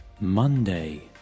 Monday